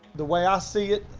the way i see it,